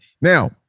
Now